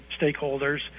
stakeholders